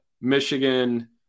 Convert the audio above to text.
Michigan